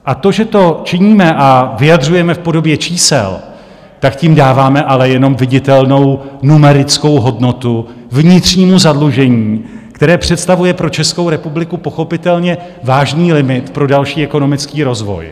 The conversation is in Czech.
A to, že to činíme a vyjadřujeme v podobě čísel, tím dáváme ale jenom viditelnou numerickou hodnotu vnitřnímu zadlužení, které představuje pro Českou republiku pochopitelně vážný limit pro další ekonomický rozvoj.